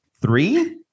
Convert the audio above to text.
three